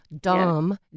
Dom